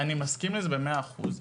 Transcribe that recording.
אני מסכים עם זה במאה אחוז.